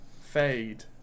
Fade